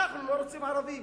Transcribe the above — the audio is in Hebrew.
אנחנו לא רוצים ערבים.